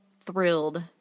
thrilled